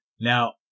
Now